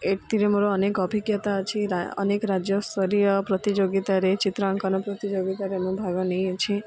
ଏଥିରେ ମୋର ଅନେକ ଅଭିଜ୍ଞତା ଅଛି ଅନେକ ରାଜ୍ୟସ୍ତରୀୟ ପ୍ରତିଯୋଗିତାରେ ଚିତ୍ରାଙ୍କନ ପ୍ରତିଯୋଗିତାରେ ମୁଁ ଭାଗ ନେଇଅଛି